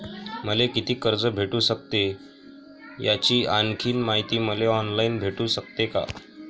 मले कितीक कर्ज भेटू सकते, याची आणखीन मायती मले ऑनलाईन भेटू सकते का?